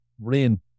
rain